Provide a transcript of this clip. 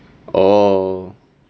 oh